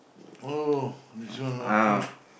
oh this one okay